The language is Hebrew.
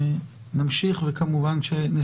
בבקשה.